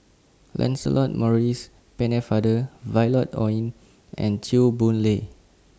Lancelot Maurice Pennefather Violet Oon and Chew Boon Lay